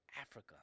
Africa